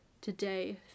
today